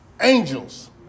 angels